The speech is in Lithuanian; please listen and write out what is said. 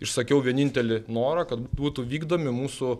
išsakiau vienintelį norą kad būtų vykdomi mūsų